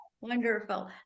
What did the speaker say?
Wonderful